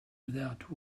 without